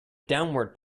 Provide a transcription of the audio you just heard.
downward